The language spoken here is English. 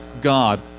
God